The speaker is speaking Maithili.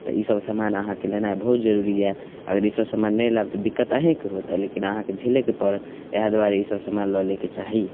तऽ ईसब समान अहाँके लेनाइ बहुत जरूरी यऽ अगर ईसब समान नहि लेब तऽ दिक्कत अहीँके होत लेकिन अहाँके झेलैके पड़त इएह दुआरे ईसब समान लऽ लैके चाही